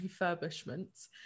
refurbishments